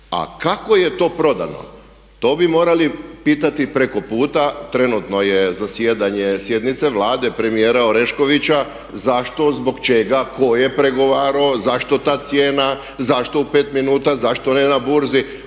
A kako je to prodano, to bi morali pitati preko puta, trenutno je zasjedanje sjednice Vlade premijera Oreškovića, zašto, zbog čega, tko je pregovarao, zašto ta cijena, zašto u 5 minuta, zašto ne na Burzi?